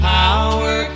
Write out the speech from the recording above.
power